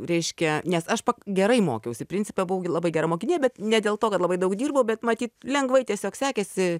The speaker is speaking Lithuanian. reiškia nes aš gerai mokiausi principe buvau labai gera mokinė bet ne dėl to kad labai daug dirbau bet matyt lengvai tiesiog sekėsi